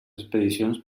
expedicions